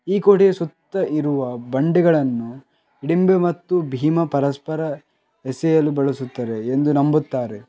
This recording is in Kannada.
ಈ ಕೋಟೆಯ ಸುತ್ತ ಇರುವ ಬಂಡೆಗಳನ್ನು ಹಿಡಿಂಬ ಮತ್ತು ಭೀಮ ಪರಸ್ಪರ ಎಸೆಯಲು ಬಳಸುತ್ತಾರೆ ಎಂದು ನಂಬುತ್ತಾರೆ